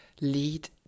lead